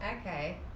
Okay